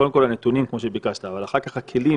קודם כול הנתונים כמו שביקשת, אבל אחר כך הכלים